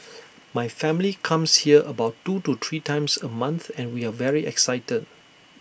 my family comes here about two or three times A month and we are very excited